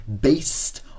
based